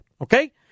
okay